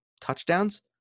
touchdowns